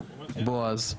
בועז,